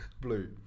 Blue